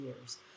years